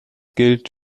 gilt